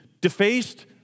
defaced